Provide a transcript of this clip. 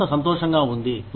సంస్థ సంతోషంగా ఉంది